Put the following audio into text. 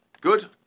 Good